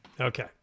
Okay